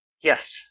Yes